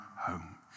home